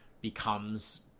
becomes